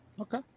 Okay